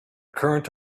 current